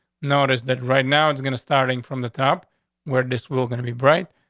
notice that right now it's gonna starting from the top where this will gonna be bright,